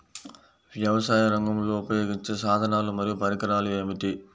వ్యవసాయరంగంలో ఉపయోగించే సాధనాలు మరియు పరికరాలు ఏమిటీ?